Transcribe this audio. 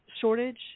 shortage